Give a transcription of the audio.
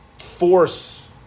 force